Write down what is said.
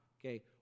Okay